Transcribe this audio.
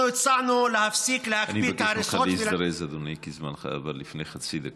אנחנו הצענו להפסיק, להקפיא את ההריסות,